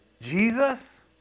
Jesus